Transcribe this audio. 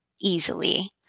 easily